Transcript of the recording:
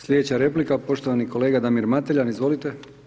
Slijedeća replika poštovani kolega Damir Mateljan, izvolite.